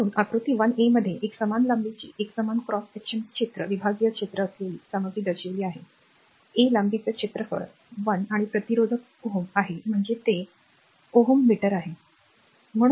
म्हणून आकृती 1a मध्ये एक समान लांबीचे एकसमान क्रॉस सेक्शन क्षेत्र विभागीय क्षेत्र असलेली सामग्री दर्शविली गेली आहे A लांबीचे क्षेत्रफळ l आणि प्रतिरोधकता Ω rho आहे म्हणजे ते Ω मिटर आहे बरोबर